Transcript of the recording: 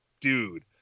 dude